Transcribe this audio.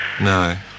No